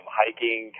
hiking